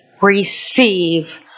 receive